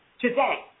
today